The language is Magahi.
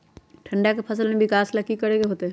ठंडा में फसल के विकास ला की करे के होतै?